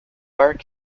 bark